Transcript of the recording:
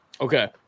okay